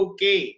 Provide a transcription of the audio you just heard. Okay